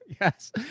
yes